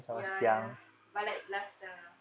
ya but like last time ah